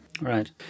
Right